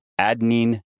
adenine